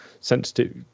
sensitive